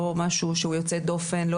לא משהו שהוא יוצא דופן.